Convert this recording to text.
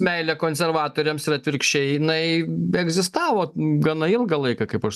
meilė konservatoriams ir atvirkščiai jinai beegzistavo gana ilgą laiką kaip aš